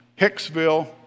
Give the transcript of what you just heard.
Hicksville